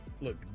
look